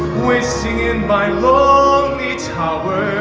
wasting in my lonely tower